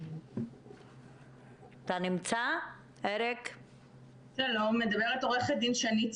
לא רק לטיפול אישי,